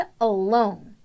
alone